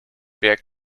berg